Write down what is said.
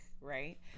right